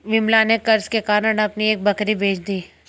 विमला ने कर्ज के कारण अपनी एक बकरी बेच दी